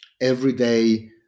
everyday